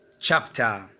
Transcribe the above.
chapter